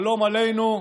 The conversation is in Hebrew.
שלום עלינו,